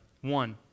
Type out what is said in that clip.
One